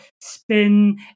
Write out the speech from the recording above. spin